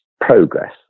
progress